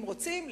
אם רוצים,